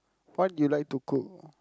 what you like to cook